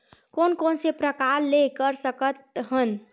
कोन कोन से प्रकार ले कर सकत हन?